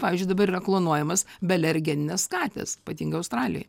pavyzdžiui dabar yra klonuojamas bealergeninės katės ypatingai australijoj